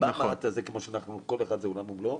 במעט הזה, וכל אחד הוא עולם ומלואו,